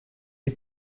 die